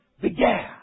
began